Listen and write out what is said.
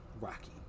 rocky